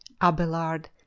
Abelard